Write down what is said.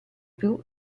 più